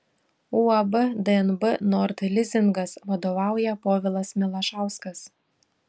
uab dnb nord lizingas vadovauja povilas milašauskas